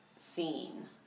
scene